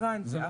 הבנתי.